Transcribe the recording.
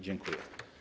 Dziękuję.